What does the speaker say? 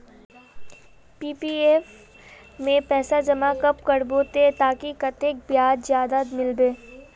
PPF में पैसा जमा कब करबो ते ताकि कतेक ब्याज ज्यादा मिलबे?